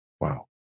Wow